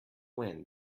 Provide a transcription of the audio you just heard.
wind